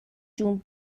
جون